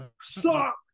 Suck